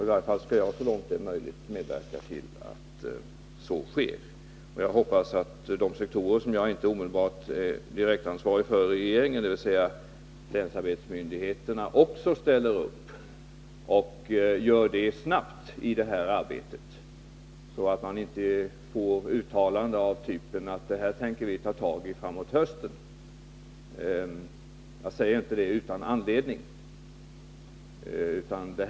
I varje skall jag så långt det är möjligt medverka till att så sker. Jag hoppas att de sektorer som jag inte är direktansvarig för i regeringen, dvs. länsarbetsmyndigheterna, Nr 143 också ställer upp och gör det snabbt i det här arbetet, så att man inte får Måndagen den uttalanden av typen att det här tänker vi ta tag i framåt hösten. Jag säger inte 10 maj 1982 detta utan anledning.